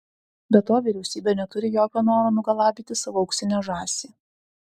be to vyriausybė neturi jokio noro nugalabyti savo auksinę žąsį